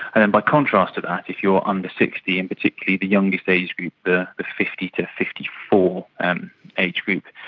and then by contrast of that, if you are under sixty, and particularly the youngest age group, the fifty to fifty four and age group,